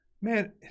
Man